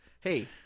Hey